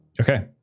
Okay